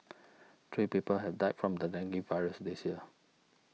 three people have died from the dengue virus this year